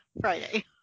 friday